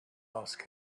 ask